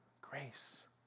grace